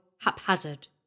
haphazard